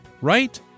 Right